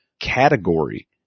category